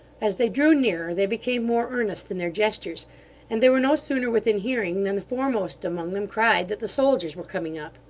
as they drew nearer, they became more earnest in their gestures and they were no sooner within hearing, than the foremost among them cried that the soldiers were coming up.